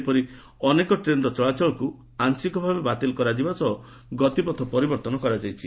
ସେହିପରି ଅନେକ ଟ୍ରେନ୍ର ଚଳାଚଳକୁ ଆଂଶିକ ଭାବେ ବାତିଲ କରାଯିବା ସହ ଗତିପଥ ପରିବର୍ଉନ କରାଯାଇଛି